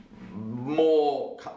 more